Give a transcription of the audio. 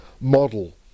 model